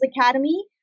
Academy